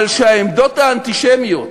אבל העמדות האנטישמיות